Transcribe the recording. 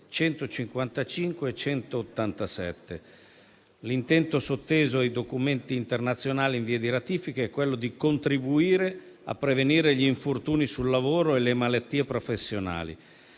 155 e 187. L'intento sotteso ai documenti internazionali in via di ratifica è contribuire a prevenire gli infortuni sul lavoro e le malattie professionali